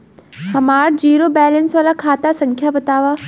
हमार zero balance वाला खाता संख्या वतावा?